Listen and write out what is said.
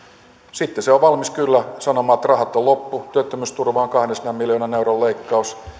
sitten se on kyllä valmis sanomaan että rahat on loppu työttömyysturvaan kahdensadan miljoonan euron leikkaus